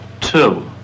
two